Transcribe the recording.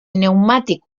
pneumàtic